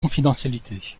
confidentialité